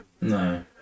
No